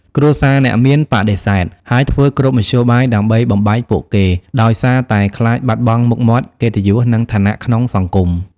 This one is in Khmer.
គ្រួសារអ្នកមានបដិសេធ ហើយធ្វើគ្រប់មធ្យោបាយដើម្បីបំបែកពួកគេ ដោយសារតែខ្លាចបាត់បង់មុខមាត់ កិត្តិយស និងឋានៈក្នុងសង្គម។